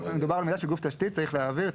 מדובר על מידע שגוף תשתית צריך להעביר.